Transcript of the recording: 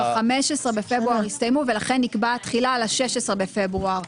ב-15 בפברואר הסתיימו ולכן נקבע התחילה ל-16 בפברואר.